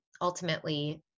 ultimately